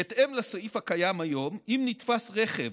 בהתאם לסעיף הקיים היום, אם נתפס רכב